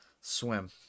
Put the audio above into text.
swim